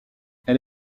elle